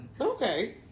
Okay